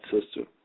sister